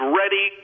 ready